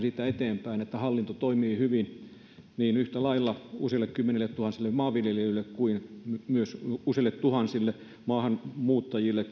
eteenpäin niin että hallinto toimii hyvin yhtä lailla useille kymmenille tuhansille maanviljelijöille kuin myös useille tuhansille maahanmuuttajille